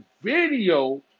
video